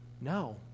no